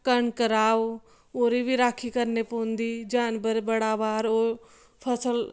कनक राहो ओह्दी बी राक्खी करने पौंदी जानवर बड़ा बाहर ओह् फसल